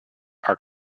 are